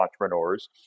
entrepreneurs